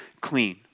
clean